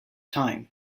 time